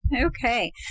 Okay